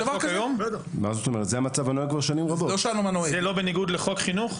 זה לא מנוגד לחוק חינוך?